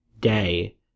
day